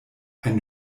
ein